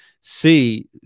see